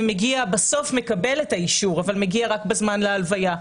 ובסוף מקבל את האישור אבל מגיע רק בזמן להלוויה.